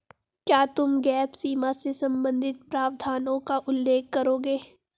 क्या तुम गैप सीमा से संबंधित प्रावधानों का उल्लेख करोगे?